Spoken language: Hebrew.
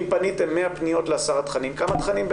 אם פניתם 100 פניות להסרת תכנים,